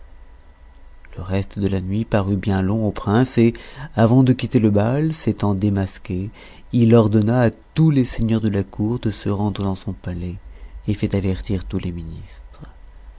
le reste de la nuit parut bien long au prince et avant de quitter le bal s'étant démasqué il ordonna à tous les seigneurs de la cour de se rendre dans son palais et fit avertir tous les ministres